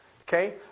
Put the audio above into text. Okay